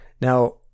Now